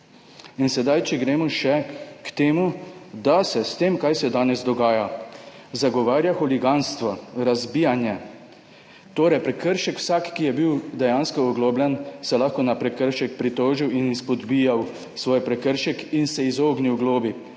nepravice. Če gremo še k temu, da se s tem, kar se danes dogaja, zagovarja huliganstvo, razbijanje. Torej vsak, ki je bil dejansko oglobljen, se je lahko na prekršek pritožil in izpodbijal svoj prekršek in se izognil globi.